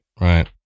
Right